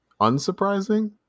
unsurprising